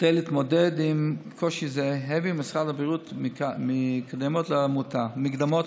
כדי להתמודד עם קושי זה העביר משרד הבריאות מקדמות לעמותה.